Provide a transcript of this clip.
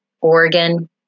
Oregon